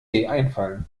einfallen